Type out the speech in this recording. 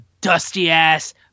dusty-ass